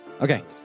okay